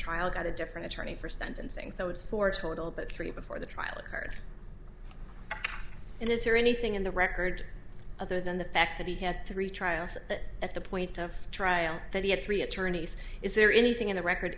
trial got a different attorney for sentencing so i would support total but three before the trial occurred and is there anything in the record other than the fact that he had three trials at the point of trial that he had three attorneys is there anything in the record